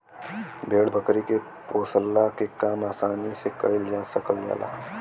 भेड़ बकरी के पोसला के काम आसानी से कईल जा सकल जाला